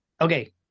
okay